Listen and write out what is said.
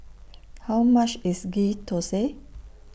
How much IS Ghee Thosai